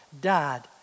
died